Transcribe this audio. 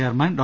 chairman Dr